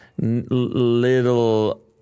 little